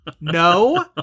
No